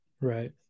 Right